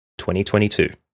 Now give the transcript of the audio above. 2022